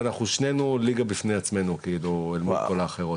ואנחנו שנינו ליגה בפני עצמנו לעומת כל האחרות.